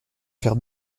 faire